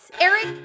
Eric